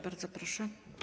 Bardzo proszę.